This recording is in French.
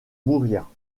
mourir